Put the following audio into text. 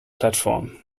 platform